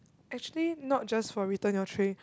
actually not just for return your tray